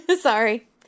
Sorry